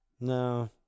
No